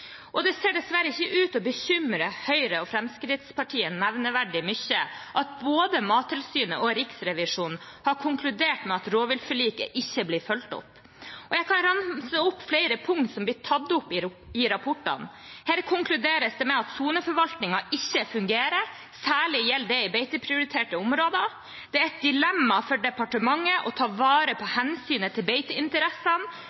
Stortinget. Det ser dessverre ikke ut til å bekymre Høyre og Fremskrittspartiet nevneverdig mye at både Mattilsynet og Riksrevisjonen har konkludert med at rovviltforliket ikke blir fulgt opp. Jeg kan ramse opp flere punkter som blir tatt opp i rapportene: Det konkluderes med at soneforvaltningen ikke fungerer. Det gjelder særlig i beiteprioriterte områder. Det er et dilemma for departementet å ta vare på